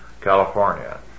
California